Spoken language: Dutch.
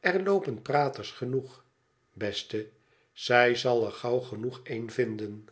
er loopen praters genoeg beste zij zal er gauw genoeg een vinden